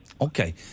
Okay